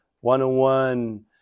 one-on-one